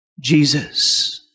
Jesus